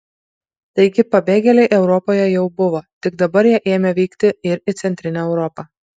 taigi pabėgėliai europoje jau buvo tik dabar jie ėmė vykti ir į centrinę europą